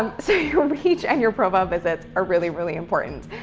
um so your reach and your promo visits are really, really important.